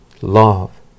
love